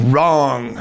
Wrong